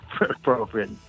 appropriate